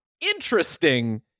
interesting